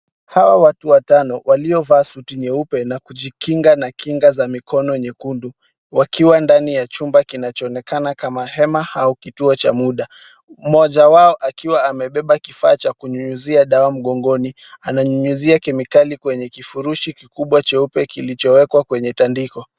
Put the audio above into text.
Hawa watu watano waliovaa suti nyeupe na kujikinga na kinga za mikono nyekundu wakiwa ndani ya chumba kinachoonekana kama hema au kituo cha muda. Mmoja wao akiwa amebeba kifaa cha kunyunyizia dawa mgongoni. Ananyunyizia kemikali kwenye kifurushi kikubwa cheupe kilichowekwa kwenye tandiko.